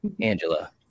Angela